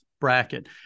bracket